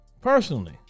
personally